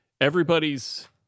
everybody's